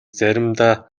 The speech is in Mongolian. заримдаа